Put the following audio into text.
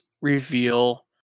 reveal